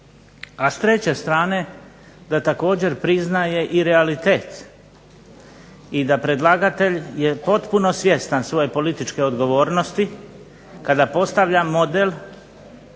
a s treće strane da također priznaje i realitet i da predlagatelj je potpuno svjestan svoje političke odgovornosti kada postavlja model